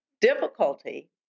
difficulty